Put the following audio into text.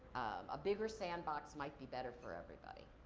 a bigger sandbox might be better for everybody.